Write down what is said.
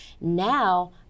Now